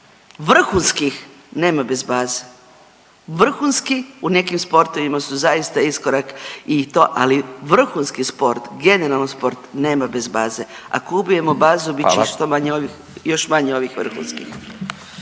vrhunskih nema bez baze. Vrhunski u nekim sportovima su zaista iskorak i to, ali vrhunski sport, generalan sport nema bez baze, ako ubijemo bazu…/Upadica Radin: